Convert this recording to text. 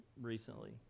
recently